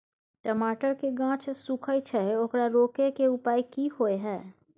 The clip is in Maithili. टमाटर के गाछ सूखे छै ओकरा रोके के उपाय कि होय है?